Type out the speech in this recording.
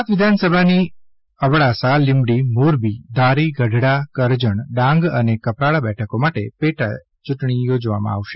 ગુજરાત વિધાસભાની અબડાસા લિમડીમોરબી ધારી ગઢડા કરજણ ડાંગ અને કપરાડા બેઠકો માટે પેટાયૂંટણી યોજવામાં આવી છે